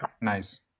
Nice